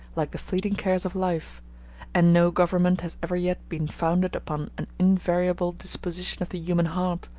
like the fleeting cares of life and no government has ever yet been founded upon an invariable disposition of the human heart,